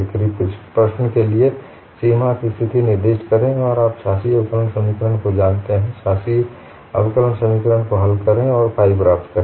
किसी प्रश्न के लिए सीमा की स्थिति निर्दिष्ट करें और आप शासी अवकलन समीकरण को जानते हैं शासी अवकलन समीकरण को हल करें और फाइ प्राप्त करें